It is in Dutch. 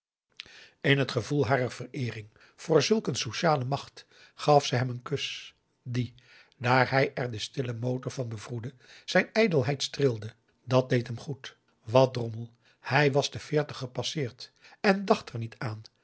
in het gevoel harer vereering voor zulk een sociale macht gaf ze hem een kus die daar hij er den stillen motor van bevroedde zijn ijdelheid streelde dat deed hem goed wat drommel hij was de veertig gepasseerd en dacht er niet p